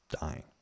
dying